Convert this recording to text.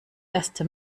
erste